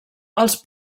els